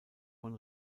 von